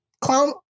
clown